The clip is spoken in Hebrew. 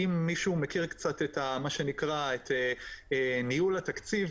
אם מישהו מכיר קצת את ניהול התקציב,